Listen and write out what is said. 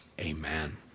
Amen